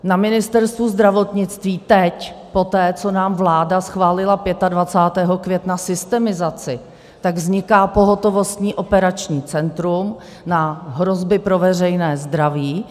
Na Ministerstvu zdravotnictví teď poté, co nám vláda schválila 25. května systemizaci, vzniká pohotovostní operační centrum na hrozby pro veřejné zdraví.